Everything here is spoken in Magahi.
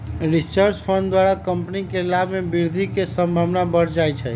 रिसर्च फंड द्वारा कंपनी के लाभ में वृद्धि के संभावना बढ़ जाइ छइ